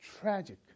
tragic